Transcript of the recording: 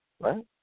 right